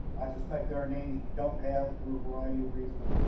i suspect there are names we don't have for a variety of reasons,